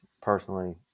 personally